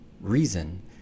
reason